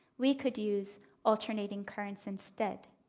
we could use alternating currents instead.